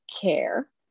care